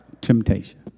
temptation